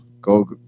Go